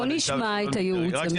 בואו נשמע את הייעוץ המשפטי.